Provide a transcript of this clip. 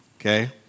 Okay